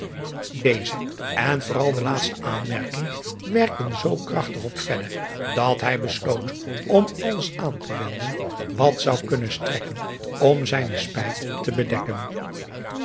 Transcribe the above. eze en vooral de laatste aanmerking werkten zoo driaan oosjes zn et leven van illegonda uisman krachtig op dat hij besloot om alles aan te wenden wat zou kunnen strekken om zijne spijt te bedekken